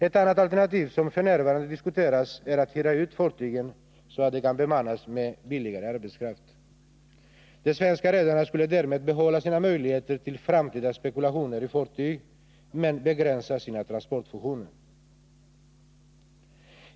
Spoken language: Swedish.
Ett annat alternativ som f. n. diskuteras är att hyra ut fartygen, så att de kan bemannas med billigare arbetskraft. De svenska redarna skulle därmed behålla sina möjligheter till framtida spekulationer i fartyg men begränsa sina transportfunktioner.